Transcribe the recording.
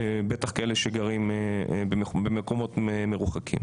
בטח כאלה שגרים במקומות מרוחקים.